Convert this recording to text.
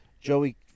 Joey